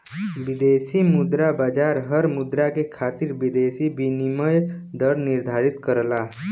विदेशी मुद्रा बाजार हर मुद्रा के खातिर विदेशी विनिमय दर निर्धारित करला